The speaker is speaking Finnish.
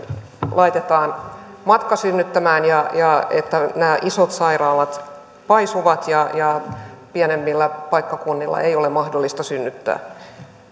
laitetaan matkasynnyttämään ja ja että nämä isot sairaalat paisuvat ja ja pienemmillä paikkakunnilla ei ole mahdollista synnyttää